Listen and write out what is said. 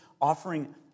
offering